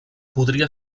podria